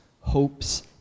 hopes